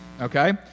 okay